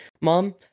mom